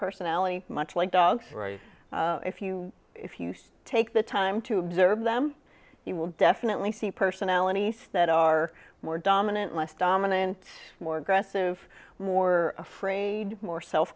personality much like dogs right if you if you say take the time to observe them you will definitely see personalities that are more dominant less dominant more aggressive more afraid more self